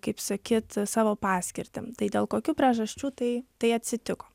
kaip sakyt savo paskirtį tai dėl kokių priežasčių tai tai atsitiko